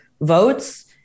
votes